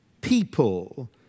people